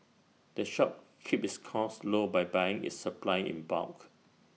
the shop keeps its costs low by buying its supplies in bulk